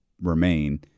remain